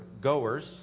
goers